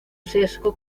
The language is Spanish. sesgo